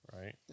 right